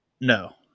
No